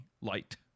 light